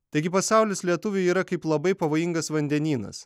taigi pasaulis lietuviui yra kaip labai pavojingas vandenynas